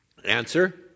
Answer